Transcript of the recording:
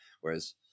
Whereas